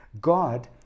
God